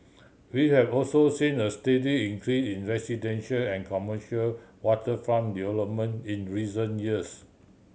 we have also seen a steady increase in residential and commercial waterfront development in recent years